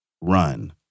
run